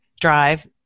drive